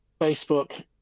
Facebook